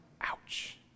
ouch